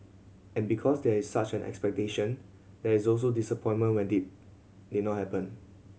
and because there is such an expectation there is also disappointment when did did not happen